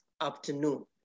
afternoon